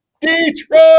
Detroit